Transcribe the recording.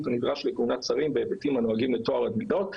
הנדרש לכהונת שרים בהיבטים הנוהגים בטוהר המידות.